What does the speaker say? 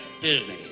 Disney